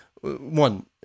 One